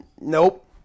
Nope